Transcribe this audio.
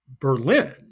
Berlin